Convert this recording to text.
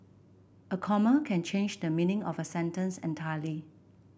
a comma can change the meaning of a sentence entirely